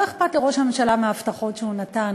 לא אכפת לראש הממשלה מההבטחות שהוא נתן,